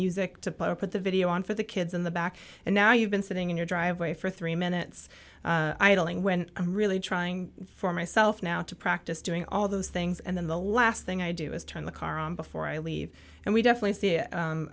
music to put the video on for the kids in the back and now you've been sitting in your driveway for three minutes idling when i'm really trying for myself now to practice doing all those things and then the last thing i do is turn the car on before i leave and we definitely see